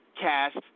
cast